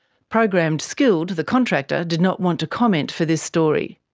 programmed skilled, the contractor, did not want to comment for this story.